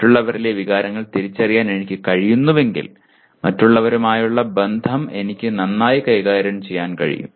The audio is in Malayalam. മറ്റുള്ളവരിലെ വികാരങ്ങൾ തിരിച്ചറിയാൻ എനിക്ക് കഴിയുന്നുവെങ്കിൽ മറ്റുള്ളവരുമായുള്ള ബന്ധം എനിക്ക് നന്നായി കൈകാര്യം ചെയ്യാൻ കഴിയും